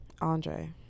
Andre